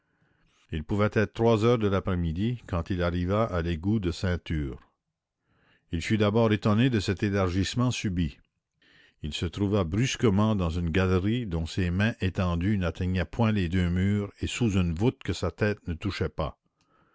il pouvait être trois heures de l'après-midi quand il arriva à l'égout de ceinture il fut d'abord étonné de cet élargissement subit il se trouva brusquement dans une galerie dont ses mains étendues n'atteignaient point les deux murs et sous une voûte que sa tête ne touchait pas